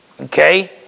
okay